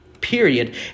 Period